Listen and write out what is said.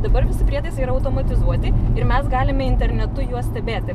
dabar visi prietaisai yra automatizuoti ir mes galime internetu juos stebėti